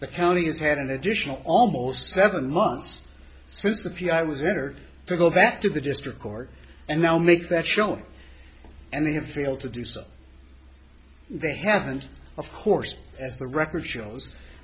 the county has had an additional almost seven months since the p i was entered to go back to the district court and now make that show and they have failed to do so they have and of course as the record shows